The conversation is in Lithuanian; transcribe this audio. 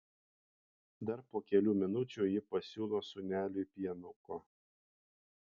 dar po kelių minučių ji pasiūlo sūneliui pienuko